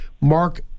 Mark